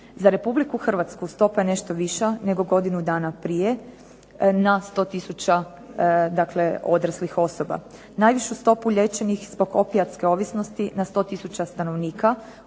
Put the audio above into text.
Za Republiku Hrvatsku stopa je nešto viša nego godinu dana prije na 100000 dakle odraslih osoba. Najvišu stopu liječenih zbog opijatske ovisnosti na 100000 stanovnika